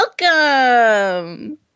Welcome